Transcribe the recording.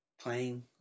playing